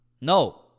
no